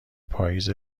پائیز